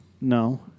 No